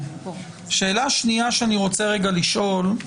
שאלה שנייה שאני רוצה לשאול.